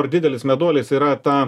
ar didelis meduolis yra ta